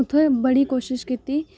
उत्थै बड़ी कोशश कीती